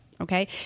Okay